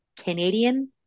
Canadian